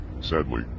Sadly